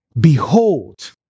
Behold